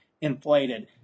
inflated